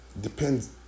Depends